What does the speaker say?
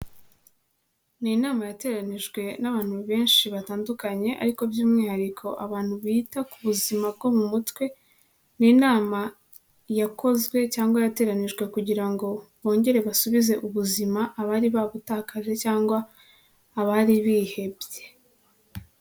Ni inama yateranijwe n'abantu benshi batandukanye, ariko by'umwihariko abantu bita ku buzima bwo mu mutwe, ni inama yakozwe cyangwa yateranijwe kugira ngo bongere basubize ubuzima abari barabutakaje cyangwa abari bihebye.